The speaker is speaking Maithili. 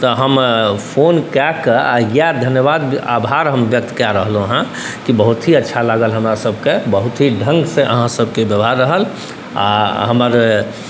तऽ हम फोन कऽ कऽ आओर इएह धन्यवाद आओर आभार हम व्यक्त कऽ रहलहुँ हँ कि बहुत ही अच्छा लागल हमरासबके बहुत ही ढङ्गसँ अहाँसबके बेवहार रहल आओर हमर